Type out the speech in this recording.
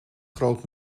groot